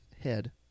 head